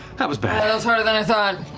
that was bad was harder than i thought.